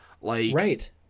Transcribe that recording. Right